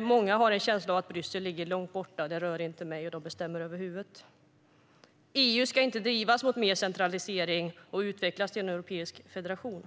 Många har en känsla av att Bryssel ligger långt borta: Det rör inte mig, och de bestämmer över huvudet. EU ska inte drivas mot mer centralisering och utvecklas till en europeisk federation.